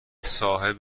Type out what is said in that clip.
صاحب